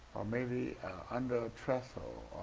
or maybe under a trestle,